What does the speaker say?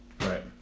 Right